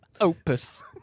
opus